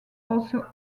also